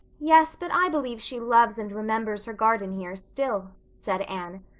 yes, but i believe she loves and remembers her garden here still, said anne.